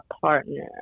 partner